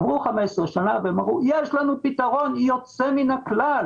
עברו 15 שנים והם אמרו שיש לנו פתרון יוצא מן הכלל,